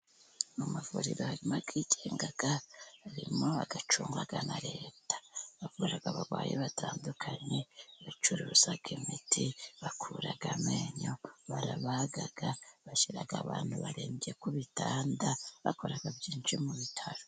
Mu mavuriro hari ayigenga, harimo acungwa na leta. Bavura abarwayi batandukanye, bacuruza imiti, bakuraga amenyo. Bashira abantu barembye ku bitanda bakora byinshi mu bitaro.